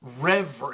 Reverence